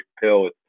pill